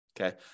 Okay